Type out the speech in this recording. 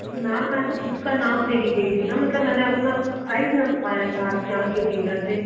ma'am मैं तो खुद का नाप देके गई थी ना मतलब मैंने अपना साइज नपवाया था आपके यहाँ के टेलर से